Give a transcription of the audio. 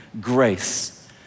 grace